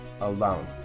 alone